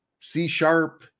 C-sharp